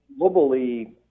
globally